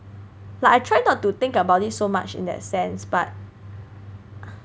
like I try not to think about it so much in that sense but